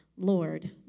Lord